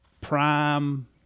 prime